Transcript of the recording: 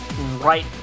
right